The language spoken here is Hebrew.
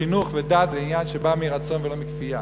שחינוך ודת זה עניין שבא מרצון, ולא מכפייה.